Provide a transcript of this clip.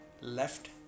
left